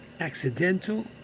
accidental